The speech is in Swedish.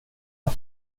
vad